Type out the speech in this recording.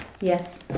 Yes